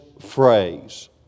phrase